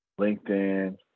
LinkedIn